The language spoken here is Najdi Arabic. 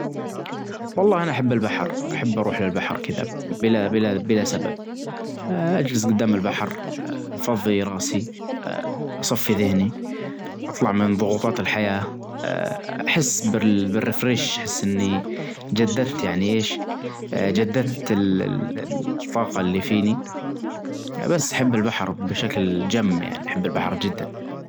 والله انا أحب البحر، أحب أروح البحر كدا بلا-بلا-بلا سبب، أجلس جدام البحر، أفظي راسي أصفي ذهني أطلع من ضغوطات الحياة، أحس بال-بالريفريش أحس إنى جددت يعنى أيش جددت ال الطاقة اللى فينى، يبس أحب البحر بشكل جم يعنى أحب البحر جدا.